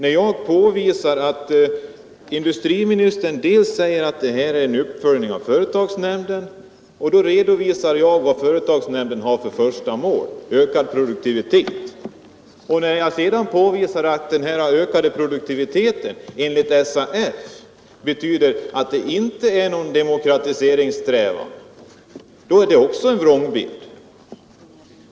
Eftersom industriministern sade att det som nu föreslås är en uppföljning av företagsnämndernas verksamhet, så redovisade jag vad företagsnämnderna har som första mål, nämligen ökad produktivitet — men då sade näringsutskottets ordförande att det var en vrångbild jag gav. Och när jag sedan redogjorde för att denna ökade produktivitet enligt SAF betyder att detta inte är någon demokratiseringssträvan, så var det också en vrångbild.